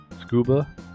scuba